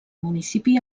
municipi